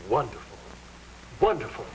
wonderful wonderful